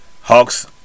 Hawks